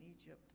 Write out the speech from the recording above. Egypt